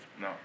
No